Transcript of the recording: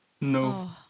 No